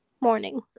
Morning